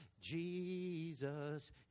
Jesus